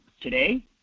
Today